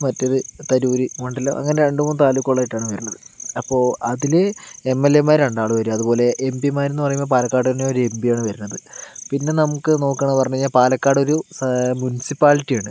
മറ്റേത് തരൂർ മണ്ഡലം അങ്ങനെ രണ്ടു മൂന്നു താലൂക്കുകൾ ആയിട്ടാണ് വരുന്നത് അപ്പോൾ അതിൽ എം എൽ എമാർ രണ്ടാൾ വരും അതുപോലെ എം പിമാരെന്ന് പറയുമ്പോൾ പാലക്കാടു തന്നെ ഒരു എം പിയാണ് വരുന്നത് പിന്നെ നമുക്ക് നോക്കുകയാണെന്നു പറഞ്ഞു കഴിഞ്ഞാൽ പാലക്കാട് ഒരു മുൻസിപ്പാലിറ്റി ആണ്